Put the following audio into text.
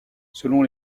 selon